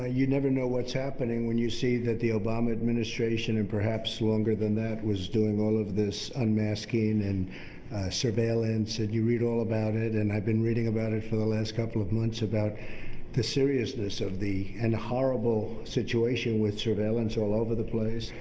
ah you never know what's happening when you see that the obama administration, and perhaps longer than that, was doing all of this unmasking and surveillance that you read all about it. and i've been reading about it for the last couple of months about the seriousness of the and horrible situation with surveillance all over the place.